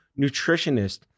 nutritionist